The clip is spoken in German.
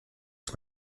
ist